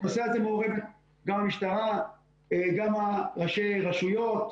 אבל בנושא הזה מעורבת גם המשטרה, גם ראשי הרשויות.